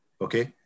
Okay